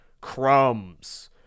crumbs